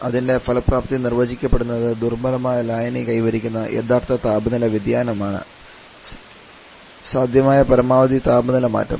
അതിന്റെ ഫലപ്രാപ്തി നിർവചിക്കപ്പെടുന്നത് ദുർബലമായ ലായനി കൈവരിക്കുന്ന യഥാർത്ഥ താപനില വ്യതിയാനമാണ് സാധ്യമായ പരമാവധി താപനില മാറ്റം